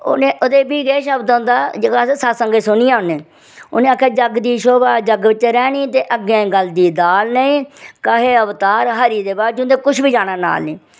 उन्ने ओह्दे च फ्ही एह् शब्द औंदा जेहका अस सत्संग च सुनियै औने आखेआ जग दी शोभा जग बिच्च रैह्नी ते अग्गै गलदी दाल नेईं कहे अवतार हरि दे बाजूं ते कुछ बी जाना नाल नी